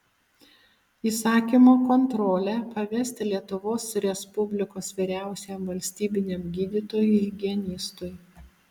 įsakymo kontrolę pavesti lietuvos respublikos vyriausiajam valstybiniam gydytojui higienistui